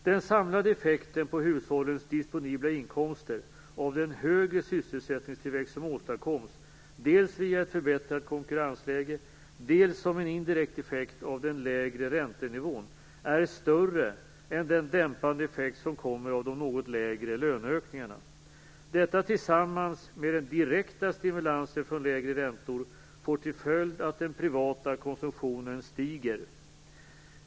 Den samlade effekten på hushållens disponibla inkomster av den högre sysselsättningstillväxt som åstadkoms, dels via ett förbättrat konkurrensläge, dels som en indirekt effekt av den lägre räntenivån, är större än den dämpande effekt som kommer av de något lägre löneökningarna. Detta tillsammans med den direkta stimulansen från lägre räntor får till följd att den privata konsumtionen stiger.